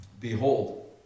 Behold